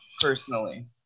personally